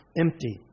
empty